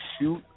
shoot